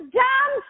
dumb